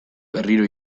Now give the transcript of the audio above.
berriro